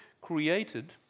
created